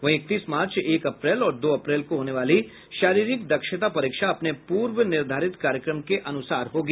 वहीं इकतीस मार्च एक अप्रैल और दो अप्रैल को होने वाली शारीरिक दक्षता परीक्षा अपने पूर्व निर्धारित कार्यक्रम के अनुसार होगी